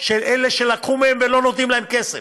של אלה שלקחו מהם ולא נותנים להם כסף.